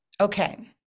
Okay